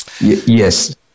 yes